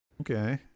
Okay